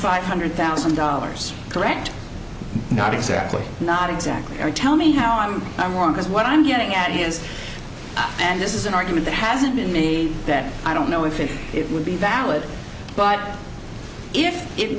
five hundred thousand dollars correct not exactly not exactly tell me how i'm i'm wrong because what i'm getting at is and this is an argument that hasn't made me that i don't know if it would be valid but if it